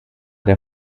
der